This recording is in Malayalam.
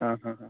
ആ ആ ആ